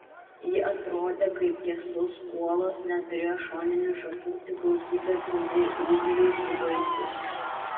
ji atrodė kaip tiesus kuolas neturėjo šoninių šakų tik gausybę trumpų ūglių su vaisiais